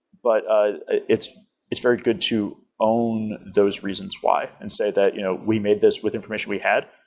but ah it's it's very good to own those reasons why and say that you know we made this with information we had.